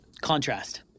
Contrast